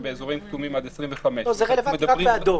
ובאזורים כתומים, עד 25. זה רלוונטי רק באדום.